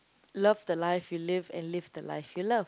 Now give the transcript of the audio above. love the life you live and live the life you love